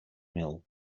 mill